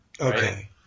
Okay